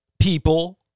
people